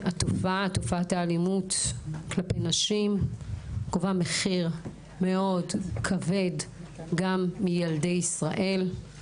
תופעת האלימות כלפי נשים גובה מחיר מאוד כבד גם מילדי ישראל.